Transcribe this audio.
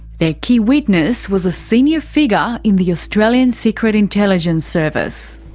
their key witness was a senior figure in the australian secret intelligence service.